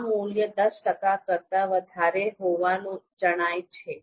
આ મૂલ્ય દસ ટકા કરતા વધારે હોવાનું જણાય છે